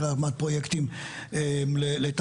הקמת פרויקטים לתעסוקה,